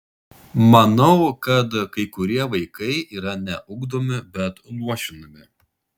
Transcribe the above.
manau kad kai kurie vaikai yra ne ugdomi bet luošinami